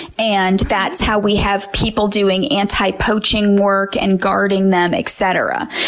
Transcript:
and that's how we have people doing anti-poaching work and guarding them, et cetera.